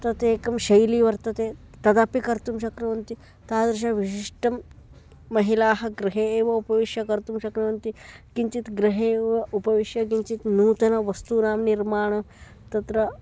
तत् एकं शैली वर्तते तदपि कर्तुं शक्नुवन्ति तादृशविशिष्टं महिलाः गृहे एव उपविश्य कर्तुं शक्नुवन्ति किञ्चित् गृहे एव उपविश्य किञ्चित् नूतनवस्तूनां निर्माणं तत्र